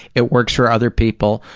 it works for other people,